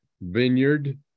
vineyard